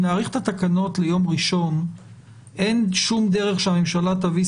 אם נאריך את התקנות ליום ראשון אין שום דרך שהממשלה תביא